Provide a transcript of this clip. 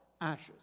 ashes